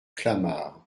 clamart